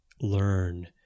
learn